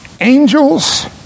angels